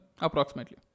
approximately